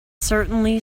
certainly